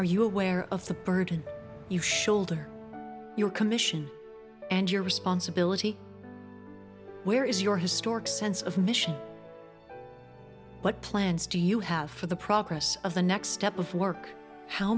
are you aware of the burden your shoulder your commission and your responsibility where is your historic sense of mission what plans do you have for the progress of the next step of work how